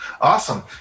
awesome